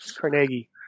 Carnegie